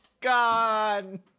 gone